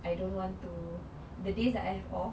I don't want to the days that I have off